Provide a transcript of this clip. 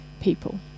people